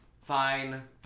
fine